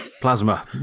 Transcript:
Plasma